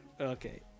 okay